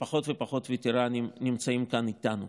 ופחות ופחות וטרנים נמצאים כאן איתנו.